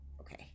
okay